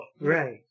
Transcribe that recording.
Right